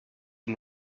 and